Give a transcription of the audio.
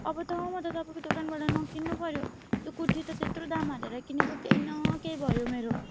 अब त तपाईँको दोकानबाट नकिन्नुपर्यो त्यो कुर्ती त त्यत्रो दाम हालेर किनेको केही न केही भयो मेरो